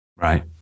Right